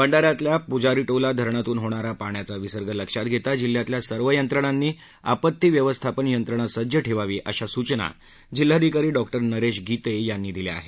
भंडा यातल्या प्जारीटोला धरणातून होणारा पाण्याचा विसर्ग लक्षात घेता जिल्ह्यातल्या सर्व यंत्रणांनी आपती व्यवस्थापन यंत्रणा सज्ज ठेवावी अशा सुचना जिल्हाधिकारी डॉक्टर नरेश गिते यांनी दिल्या आहेत